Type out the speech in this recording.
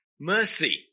mercy